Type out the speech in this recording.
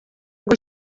ngo